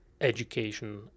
education